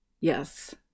Yes